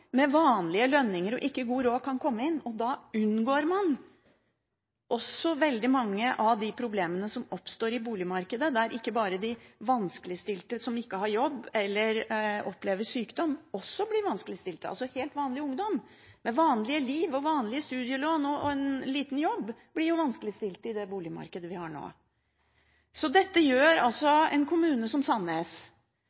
med vanlige lønninger og ikke god råd kan komme inn. Da unngår man også veldig mange av de problemene som oppstår i det boligmarkedet vi har nå, der ikke bare de som ikke har jobb, eller opplever sykdom, blir vanskeligstilte, men også helt vanlig ungdom, med vanlige liv, vanlige studielån og en liten jobb. Dette gjør altså